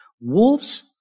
Wolves